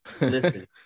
Listen